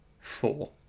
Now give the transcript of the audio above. four